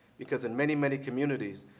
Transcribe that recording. because in many, many communities,